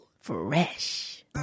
Fresh